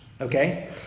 Okay